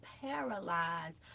paralyzed